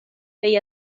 feia